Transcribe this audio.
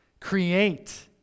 Create